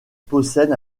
possèdent